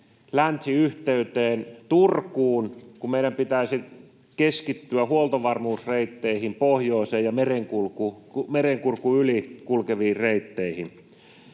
länsiyhteyteen Turkuun, kun meidän pitäisi keskittyä huoltovarmuusreitteihin, pohjoiseen ja Merenkurkun yli kulkeviin reitteihin.